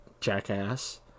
jackass